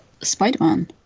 Spider-Man